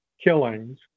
killings